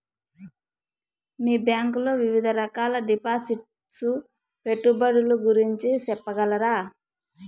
మీ bank లో వివిధ రకాల డిపాసిట్స్, పెట్టుబడుల గురించి సెప్పగలరా?